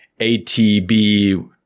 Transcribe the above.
ATB